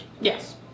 Yes